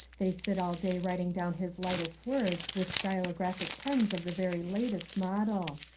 they sit all day writing down his lightest words with stylo graphic pens of the very latest model.